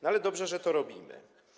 No ale dobrze, że to robimy.